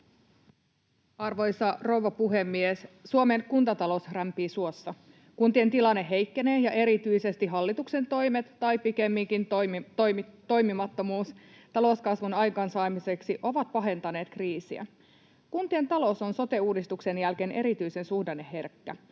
Arvoisa rouva puhemies! Suomen kuntatalous rämpii suossa. Kuntien tilanne heikkenee, ja erityisesti hallituksen toimet — tai pikemminkin toimimattomuus — talouskasvun aikaansaamiseksi ovat pahentaneet kriisiä. Kuntien talous on sote-uudistuksen jälkeen erityisen suhdanneherkkä.